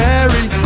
Mary